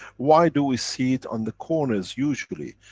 why do we see it on the corners usually?